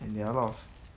and there are a lot of